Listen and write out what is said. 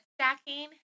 stacking